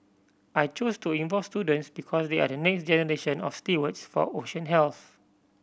I chose to involve students because they are the next generation of stewards for ocean health